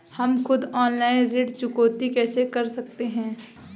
हम खुद ऑनलाइन ऋण चुकौती कैसे कर सकते हैं?